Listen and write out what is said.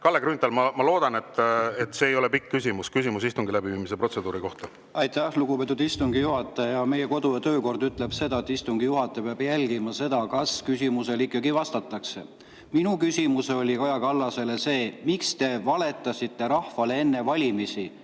Kalle Grünthal, ma loodan, et see ei ole pikk küsimus. Küsimus istungi läbiviimise protseduuri kohta. Aitäh, lugupeetud istungi juhataja! Meie kodu- ja töökord ütleb, et istungi juhataja peab jälgima seda, kas küsimusele ikkagi vastatakse. Minu küsimus oli Kaja Kallasele see: miks te valetasite rahvale enne valimisi?